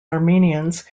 armenians